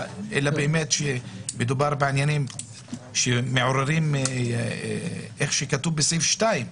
אלא באמת כשמדובר בעניינים שמעוררים מה שכתוב בסעיף 2,